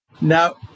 Now